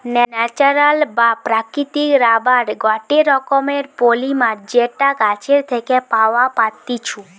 natural বা প্রাকৃতিক rubber গটে রকমের পলিমার যেটা গাছের থেকে পাওয়া পাত্তিছু